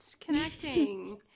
connecting